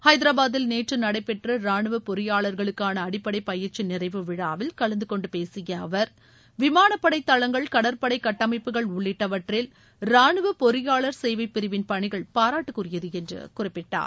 ஹைதராபாதில் நேற்று நடைபெற்ற ராணுவ பொறியாளர்களுக்கான அடிப்படை பயிற்சி நிறைவு விழாவில் கலந்து கொண்டு பேசிய அவர் விமானப்படை தளங்கள் கடற்படை கட்டமைப்புகள் உள்ளிட்டவற்றில் ராணுவ பொறியாளர் சேவைப் பிரிவின் பணிகள் பாராட்டுக்குரியது என்று குறிப்பிட்டார்